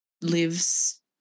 lives